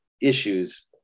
issues